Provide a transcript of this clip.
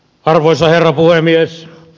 arvoisa herra puhemies